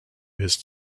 his